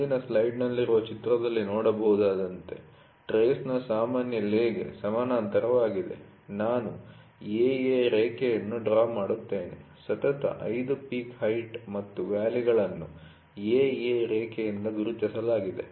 ಮುಂದಿನ ಸ್ಲೈಡ್ನಲ್ಲಿರುವ ಚಿತ್ರದಲ್ಲಿ ನೋಡಬಹುದಾದಂತೆ ಟ್ರೇಸ್'ನ ಸಾಮಾನ್ಯ ಲೇಗೆ ಸಮಾನಾಂತರವಾಗಿ ನಾನು AA ರೇಖೆಯನ್ನು ಡ್ರಾ ಮಾಡುತ್ತೇನೆ ಸತತ 5 ಪೀಕ್ ಹೈಟ್ ಮತ್ತು ವ್ಯಾಲಿ'ಗಳನ್ನು AA ರೇಖೆಯಿಂದ ಗುರುತಿಸಲಾಗಿದೆ